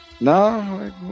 No